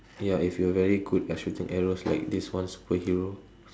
ya if you are very good at shooting arrows like this one superhero